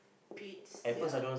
~pid sia